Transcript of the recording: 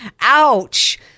Ouch